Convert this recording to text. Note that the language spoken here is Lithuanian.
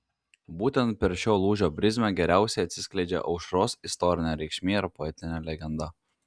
būtent per šio lūžio prizmę geriausiai atsiskleidžia aušros istorinė reikšmė ir poetinė legenda